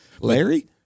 Larry